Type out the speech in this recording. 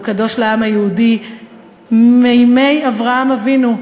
הוא קדוש לעם היהודי מימי אברהם אבינו.